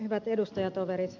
hyvät edustajatoverit